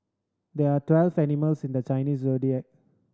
there are twelve animals in the Chinese Zodiac